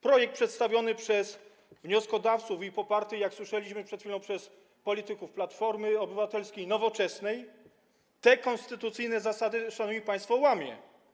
Projekt przedstawiony przez wnioskodawców - i poparty, jak słyszeliśmy przed chwilą, przez polityków Platformy Obywatelskiej i Nowoczesnej - te konstytucyjne zasady, szanowni państwo, łamie.